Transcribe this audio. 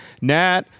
Nat